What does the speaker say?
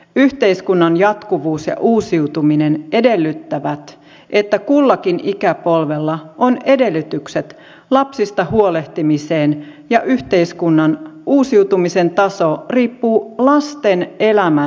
yhteiskunnan jatkuvuus ja uusiutuminen edellyttävät että kullakin ikäpolvella on edellytykset lapsista huolehtimiseen ja yhteiskunnan uusiutumisen taso riippuu lasten elämän laadusta